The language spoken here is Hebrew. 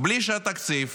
בלי שהתקציב